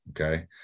Okay